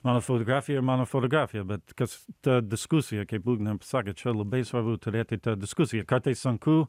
mano fotografija yr mano fotografija bet kas ta diskusija kaip ugnė sakė čia labai svarbu turėti tą diskusiją kartais sunku